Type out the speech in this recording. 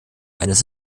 eines